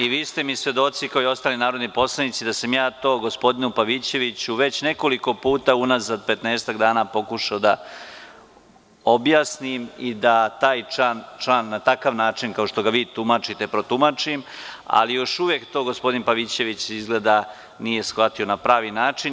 I vi ste mi svedoci, kao i ostali narodni poslanici, da sam ja to gospodinu Pavićeviću već nekoliko puta unazad 15 dana pokušao da objasnim i da taj član na takav način, kao što ga vi tumačite, protumačim, ali izgleda da još uvek to gospodin Pavićevićnije shvatio na pravi način.